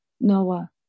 Noah